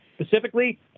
specifically